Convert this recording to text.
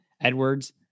Edwards